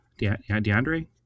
DeAndre